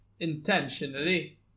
intentionally